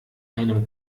einem